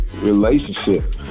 relationship